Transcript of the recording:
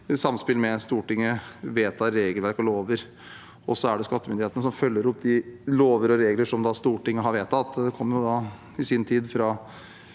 i samspill med Stortinget vedtar regelverk og lover, og så er det skattemyndighetene som følger opp de lover og regler som Stortinget da har vedtatt.